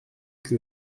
que